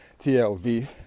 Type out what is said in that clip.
tlv